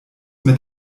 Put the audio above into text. mit